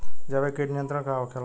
जैविक कीट नियंत्रण का होखेला?